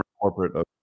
corporate